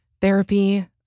Therapy